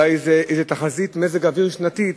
אולי זה איזו תחזית מזג אוויר שנתית